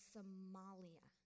Somalia